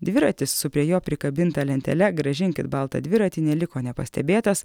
dviratis su prie jo prikabinta lentele grąžinkit baltą dviratį neliko nepastebėtas